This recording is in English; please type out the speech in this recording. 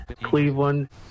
Cleveland